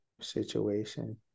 situation